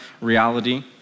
reality